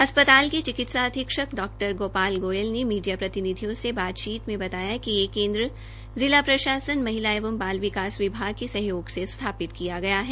अस्पताल के चिकित्सा अधीक्षक डॉ गोपाल गोयल ने मीडिया प्रतिनिधियों से बातचीत में बताया कि ये केन्द्र जिला प्रशासन महिला एवं बाल विकास विभाग के सहयोग से स्थापित किया गया है